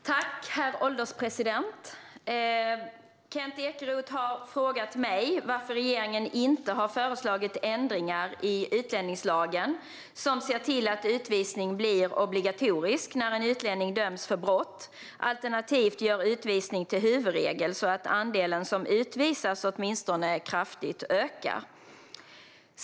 Herr ålderspresident! har frågat mig varför regeringen inte har föreslagit ändringar i utlänningslagen som ser till att utvisning blir obligatorisk när en utlänning dömts för brott, alternativt gör utvisning till huvudregel så att andelen som utvisas åtminstone kraftigt ökar.